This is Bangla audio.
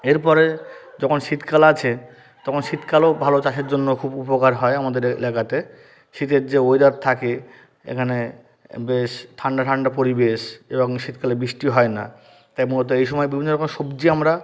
এরপরে যখন শীতকাল আছে তখন শীতকালও ভালো চাষের জন্য খুব উপকার হয় আমাদের এ এলাকাতে শীতের যে ওয়েদার থাকে এখানে বেশ ঠান্ডা ঠান্ডা পরিবেশ এবং শীতকালে বৃষ্টি হয় না তাই মূলত এই সময় বিভিন্ন রকম সবজি আমরা